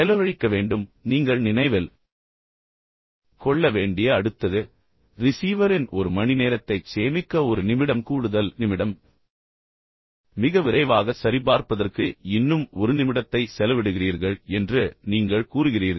செலவழிக்க வேண்டும் நீங்கள் நினைவில் கொள்ள வேண்டிய அடுத்தது ரிசீவரின் ஒரு மணிநேரத்தைச் சேமிக்க ஒரு நிமிடம் கூடுதல் நிமிடம் மிக விரைவாகச் சரிபார்ப்பதற்கு இன்னும் ஒரு நிமிடத்தை செலவிடுகிறீர்கள் என்று நீங்கள் கூறுகிறீர்கள்